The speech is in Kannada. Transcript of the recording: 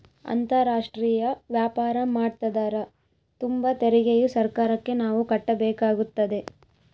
ಅಂತಾರಾಷ್ಟ್ರೀಯ ವ್ಯಾಪಾರ ಮಾಡ್ತದರ ತುಂಬ ತೆರಿಗೆಯು ಸರ್ಕಾರಕ್ಕೆ ನಾವು ಕಟ್ಟಬೇಕಾಗುತ್ತದೆ